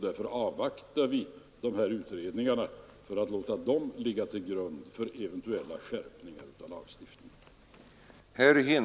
Därför avvaktar vi dessa utredningar för att låta dem ligga till grund för eventuella skärpningar av lagstiftningen.